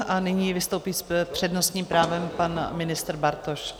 A nyní vystoupí s přednostním právem pan ministr Bartoš.